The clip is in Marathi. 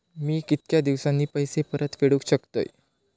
मी कीतक्या दिवसांनी पैसे परत फेडुक शकतय?